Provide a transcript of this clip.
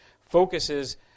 focuses